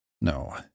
No